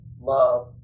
love